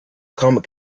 cosmic